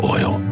Oil